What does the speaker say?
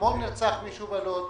אתמול נרצח מישהו בלוד,